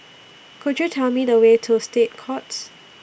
Could YOU Tell Me The Way to State Courts